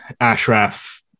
Ashraf